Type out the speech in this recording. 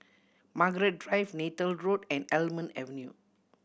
Margaret Drive Neythal Road and Almond Avenue